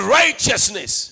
righteousness